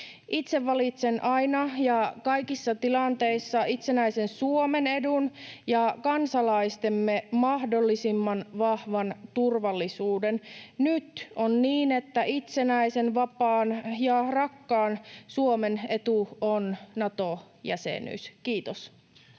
Itse valitsen aina ja kaikissa tilanteissa itsenäisen Suomen edun ja kansalaistemme mahdollisimman vahvan turvallisuuden. Nyt on niin, että itsenäisen, vapaan ja rakkaan Suomen etu on Nato-jäsenyys. — Kiitos.